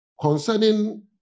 concerning